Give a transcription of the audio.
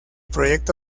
proyecto